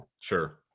Sure